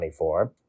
2024